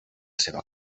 seva